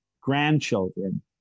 grandchildren